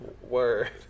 word